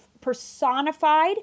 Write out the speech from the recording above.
personified